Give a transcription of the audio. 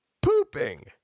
pooping